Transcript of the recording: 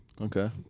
Okay